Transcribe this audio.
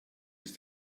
ist